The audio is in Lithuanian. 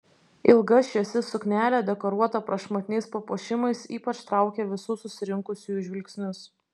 ilga šviesi suknelė dekoruota prašmatniais papuošimais ypač traukė visų susirinkusiųjų žvilgsnius